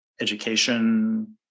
education